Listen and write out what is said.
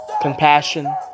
compassion